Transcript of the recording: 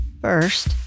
First